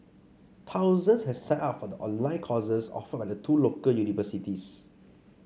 thousands have signed up for the online courses offered by the two local universities